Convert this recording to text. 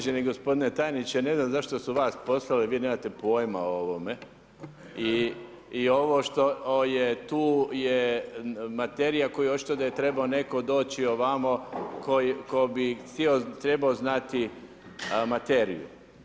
Uvaženi gospodine tajniče, ne znam zašto su vas poslali, vi nemate pojma o ovome, i ovo što je tu, je materija koju očito da je trebao netko doći ovamo tko bi trebao znati materiju.